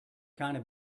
kinda